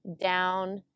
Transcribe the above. down